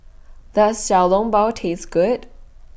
Does Xiao Long Bao Taste Good